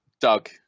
Doug